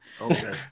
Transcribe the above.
Okay